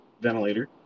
ventilator